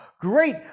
great